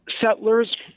Settlers